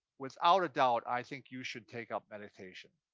without a doubt, i think you should take up meditation.